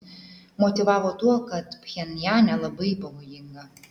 motyvavo tuo kad pchenjane labai pavojinga